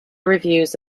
reviews